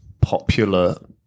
popular